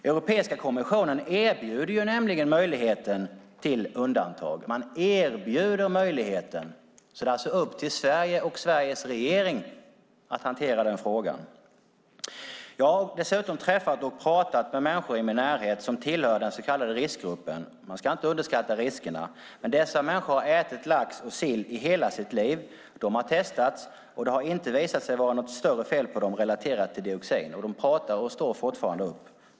Europeiska kommissionen erbjuder nämligen möjlighet till undantag. Det är alltså upp till Sverige och Sveriges regering att hantera denna fråga. Jag har dessutom träffat och pratat med människor i min närhet som tillhör den så kallade riskgruppen. Man ska inte underskatta riskerna, men dessa människor har ätit lax och sill i hela sitt liv. De har testats, och det har inte visat sig vara något större fel på dem relaterat till dioxin. De pratar och står fortfarande upp.